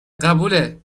قبوله